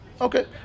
Okay